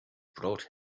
brought